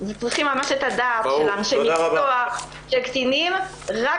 צריכים ממש את הדעה של אנשי מקצוע לקטינים --- ברור.